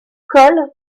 col